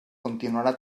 continuarà